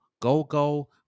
go-go